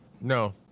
No